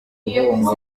guhunga